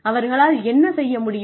அவர்களால் என்ன செய்ய முடியும்